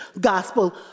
gospel